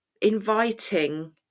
inviting